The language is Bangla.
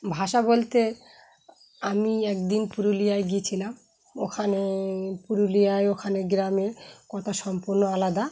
ভাষা বলতে আমি একদিন পুরুলিয়ায় গিয়েছিলাম ওখানে পুরুলিয়ায় ওখানে গ্রামের কথা সম্পূর্ণ আলাদা